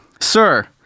Sir